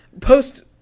post